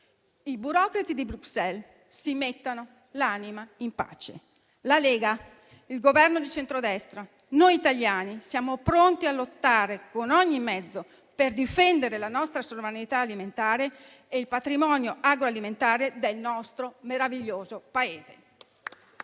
I burocratici di Bruxelles si mettano l'anima in pace. La Lega, il Governo di centrodestra, noi italiani siamo pronti a lottare con ogni mezzo per difendere la nostra sovranità alimentare e il patrimonio agroalimentare del nostro meraviglioso Paese.